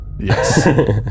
Yes